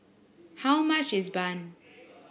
how much is bun